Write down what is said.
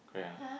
correct or not